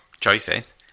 choices